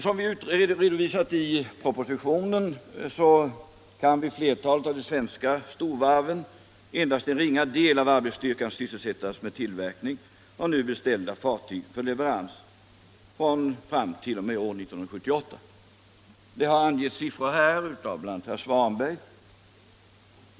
Som vi utförligt redovisat i propositionen kan vid flertalet av de svenska storvarven endast en ringa del av arbetsstyrkan sysselsättas med tillverkning av beställda fartyg — för leverans fr.o.m. 1978. Bl. a. herr Svanberg har angett siffror beträffande detta.